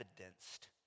evidenced